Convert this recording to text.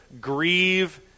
grieve